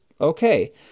okay